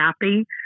happy